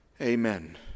Amen